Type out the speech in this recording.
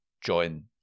join